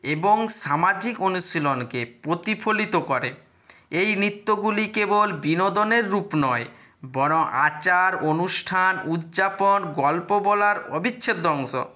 এবং সামাজিক অনুশীলনকে প্রতিফলিত করে এই নৃত্যগুলি কেবল বিনোদনের রূপ নয় বরং আচার অনুষ্ঠান উদযাপন গল্প বলার অবিচ্ছেদ্য অংশ